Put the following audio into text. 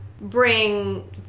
bring